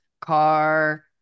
car